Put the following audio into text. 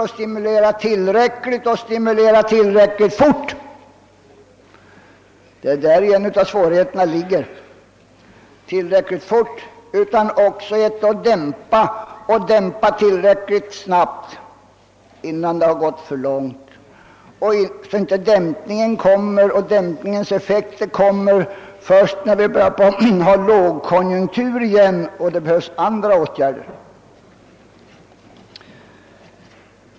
Det bör inte bara kunna stimulera tillräckligt utan även tillräckligt fort. Det bör även kunna dämpa tillräckligt snabbt innan det har gått för långt. Dämpningseffekten får inte verka först när vi har börjat att på nytt ha en lågkonjunktur och det behövs andra åtgärder. Det är just där svårigheterna ligger.